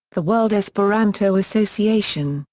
the world esperanto association,